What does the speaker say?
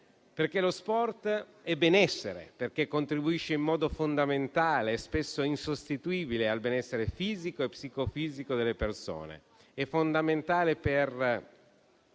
perché lo sport è benessere, perché contribuisce, in modo fondamentale e spesso insostituibile, al benessere fisico e psicofisico delle persone. Lo sport è fondamentale per